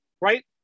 right